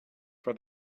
for